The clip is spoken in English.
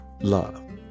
love